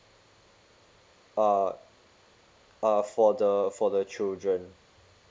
uh uh for the for the children